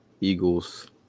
Eagles